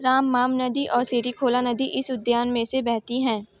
राममाम नदी और सिरिखोला नदी इस उद्यान में से बहती हैं